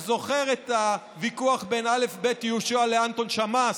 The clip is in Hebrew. אתה זוכר את הוויכוח בין א"ב יהושע לאנטון שמאס?